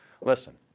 listen